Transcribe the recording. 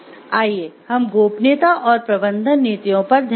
आइए हम गोपनीयता और प्रबंधन नीतियों पर ध्यान दें